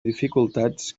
dificultats